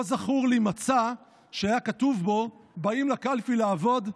לא זכור לי מצע שהיה כתוב בו: באים לקלפי לעבוד,